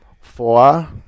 four